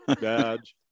badge